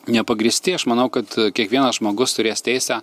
nepagrįsti aš manau kad kiekvienas žmogus turės teisę